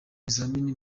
bizamini